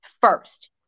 first